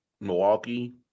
Milwaukee